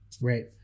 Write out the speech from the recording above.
right